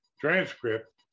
transcript